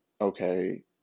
okay